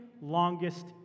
longest